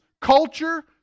culture